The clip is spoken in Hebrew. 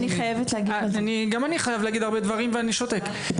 גם אני חייב להגיד הרבה דברים ואני שותק.